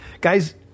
Guys